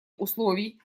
условий